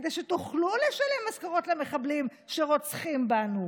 כדי שתוכלו לשלם משכורות למחבלים שרוצחים בנו.